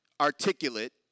articulate